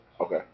Okay